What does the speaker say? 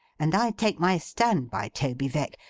and i take my stand by toby veck,